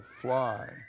fly